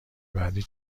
بعدی